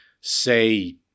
Say